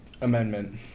Amendment